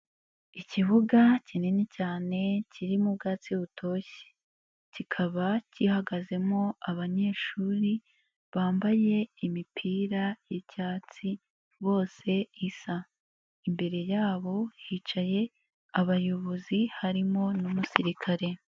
Ikibuga kinini cyane kiririmo ubwatsi butoshye, kikaba kihagazemo abanyeshuri bambaye imipira y'icyatsi bose isa. Imbere yabo hicaye abayobozi harimo n'umusirikare.